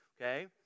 okay